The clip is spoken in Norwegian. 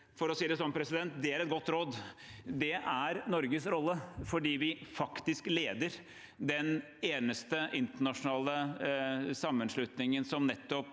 For å si det sånn: Det er et godt råd. Det er Norges rolle – fordi vi faktisk leder den eneste internasjonale sammenslutningen som driver